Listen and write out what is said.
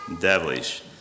devilish